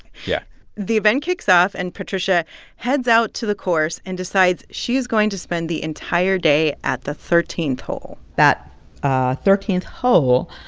yeah the event kicks off, and patricia heads out to the course and decides she's going to spend the entire day at the thirteenth hole that ah thirteenth hole,